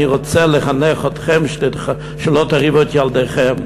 אני רוצה לחנך אתכם שלא תרעיבו את ילדיכם.